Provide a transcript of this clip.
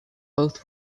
both